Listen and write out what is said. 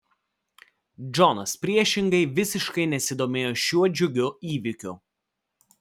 džonas priešingai visiškai nesidomėjo šiuo džiugiu įvykiu